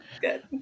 Good